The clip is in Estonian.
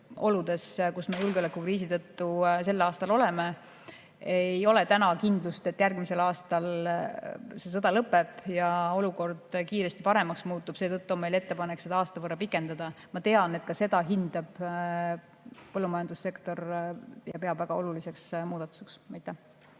oludes, kus me julgeolekukriisi tõttu sel aastal oleme. Täna ei ole kindlust, et järgmisel aastal see sõda lõpeb ja olukord kiiresti paremaks muutub. Seetõttu on meil ettepanek seda aasta võrra pikendada. Ma tean, et ka seda põllumajandussektor hindab, peab seda väga oluliseks muudatuseks. Siim